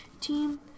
team